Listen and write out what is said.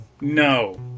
No